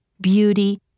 beauty